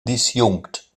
disjunkt